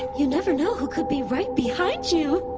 you never know who could be right behind you